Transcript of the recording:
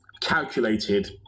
calculated